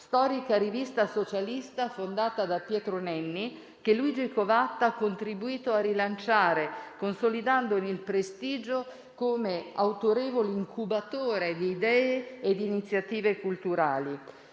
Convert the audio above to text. storica rivista socialista fondata da Pietro Nenni, che Luigi Covatta ha contribuito a rilanciare, consolidandone il prestigio come autorevole incubatore di idee e di iniziative culturali.